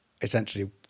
essentially